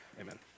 Amen